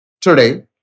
Today